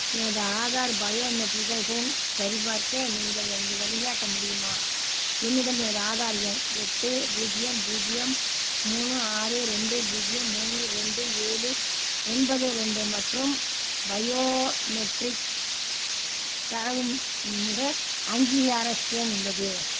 எனது ஆதார் பயோமெட்ரிக்கசை சரிபார்க்க நீங்கள் எனது வழிகாட்ட முடியுமா என்னிடம் எனது ஆதார் எண் எட்டு பூஜ்ஜியம் பூஜ்ஜியம் மூணு ஆறு ரெண்டு பூஜ்ஜியம் மூணு ரெண்டு ஏழு ஒன்பது ரெண்டு மற்றும் பயோமெட்ரிக் தரவு முக அங்கீகார ஸ்கேன் உள்ளது